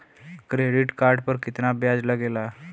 Credit card पर कितना ब्याज लगेला?